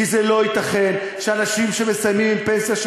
כי לא ייתכן שאנשים שמסיימים עם פנסיה של